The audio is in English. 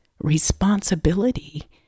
responsibility